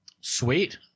Sweet